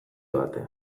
batean